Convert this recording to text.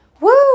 Woo